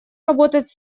работать